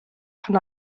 pan